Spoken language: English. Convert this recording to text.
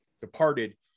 Departed